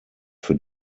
für